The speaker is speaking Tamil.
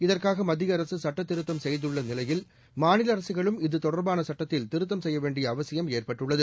இதற்காக மத்திய அரசு சுட்டத்திருத்தம் செய்துள்ள நிலையில் மாநில அரசுகளும் இது தொடர்பான சட்டத்தில் திருத்தம் செய்ய வேண்டிய அவசியம் ஏற்பட்டுள்ளது